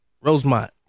Rosemont